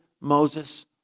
Moses